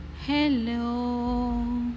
hello